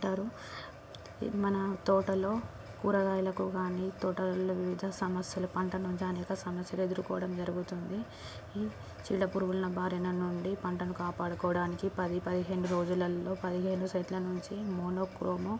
అంటారు మన తోటలో కూరగాయలకు కాని తోటల్లో వివిధ సమస్య పంటలకు కాని అనేక సమస్యలు ఎదుర్కోవడం జరుగుతుంది చీడపురుగుల బారిన నుండి పంటను కాపాడుకోవడానికి పది పదిహేను రోజులల్లో పదిహేను చెట్ల నుంచి మోనోక్రోమో